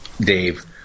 Dave